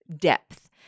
depth